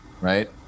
Right